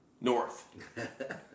North